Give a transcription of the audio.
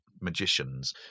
magicians